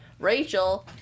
Rachel